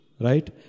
right